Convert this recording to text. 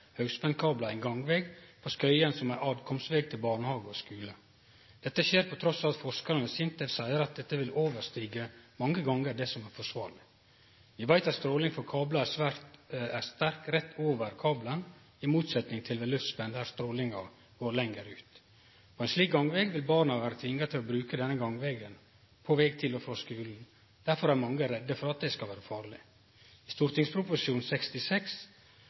ein gangveg på Skøyen som er veg fram til barnehage og skule. Dette skjer trass i at forskarar ved SINTEF seier at dette mange gonger vil overstige det som er forsvarleg. Vi veit at stråling frå kablar er sterk rett over kabelen, i motsetning til ved luftspenn der strålinga går lenger ut. På ein slik gangveg vil barna vere tvungne til å bruke denne gangvegen på veg til og frå skulen, derfor er mange redde for at det skal vere farleg. I St.prp. nr. 66